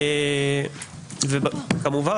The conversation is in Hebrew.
וכמובן,